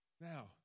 Now